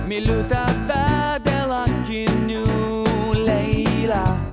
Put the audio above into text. myliu tave dėl akinių leila